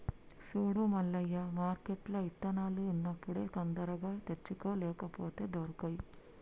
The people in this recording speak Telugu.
సూడు మల్లయ్య మార్కెట్ల ఇత్తనాలు ఉన్నప్పుడే తొందరగా తెచ్చుకో లేపోతే దొరకై